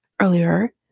earlier